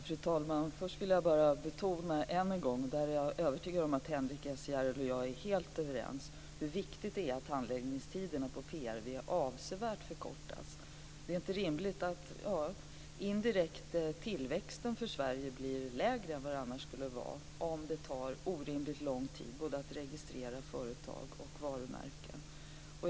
Fru talman! Jag vill först bara än en gång betona något som jag är övertygad om att Henrik S Järrel och jag är helt överens om, nämligen hur viktigt det är att handläggningstiderna på PRV avsevärt förkortas. Det är inte rimligt att tillväxten för Sverige indirekt blir lägre än vad den annars skulle vara, om det tar orimligt lång tid att registrera företag och varumärken.